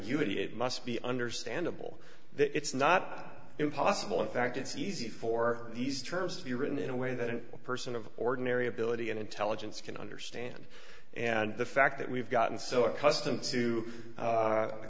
it must be understandable that it's not impossible in fact it's easy for these terms to be written in a way that a person of ordinary ability and intelligence can understand and the fact that we've gotten so accustomed to